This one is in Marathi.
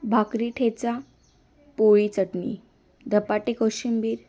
भाकरी ठेचा पोळी चटणी धपाटे कोशिंबीर